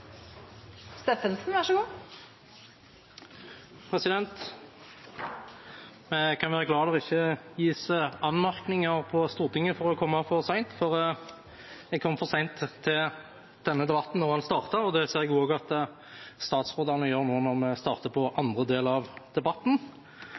Steffensen. Jeg kan være glad for at det ikke gis anmerkninger på Stortinget for å komme for sent, for jeg kom for sent til denne debatten da den startet, og det ser jeg også at statsrådene gjør nå når vi starter på